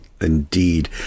Indeed